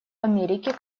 америки